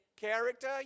Character